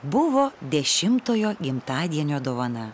buvo dešimtojo gimtadienio dovana